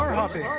hopping!